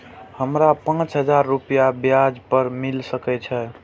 हमरा पाँच हजार रुपया ब्याज पर मिल सके छे?